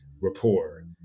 rapport